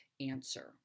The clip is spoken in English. answer